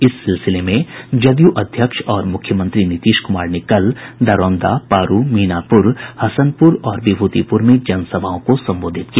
इस सिलसिले में जदयू अध्यक्ष और मूख्यमंत्री नीतीश कुमार ने कल दरौंदा पारू मीनापुर हसनपूर और विभूतिपूर में जनसभाओं को संबोधित किया